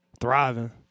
Thriving